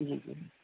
جی جی